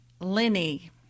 Lenny